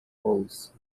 polls